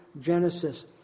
Genesis